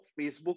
Facebook